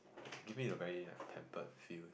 give me a very like temple feel